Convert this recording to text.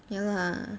ya lah